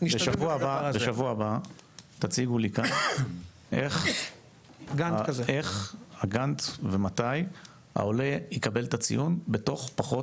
בשבוע הבא תציגו לי כאן איך הגאנט ומתי העולה יקבל את הציון בתוך פחות